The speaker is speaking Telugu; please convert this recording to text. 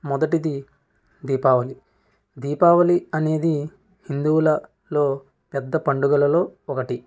మొదటిది దీపావళి దీపావళి అనేది హిందువుల పెద్ద పండుగలలో ఒకటి